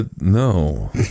No